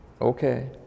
Okay